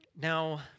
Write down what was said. Now